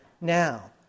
now